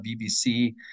BBC